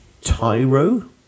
tyro